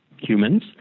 humans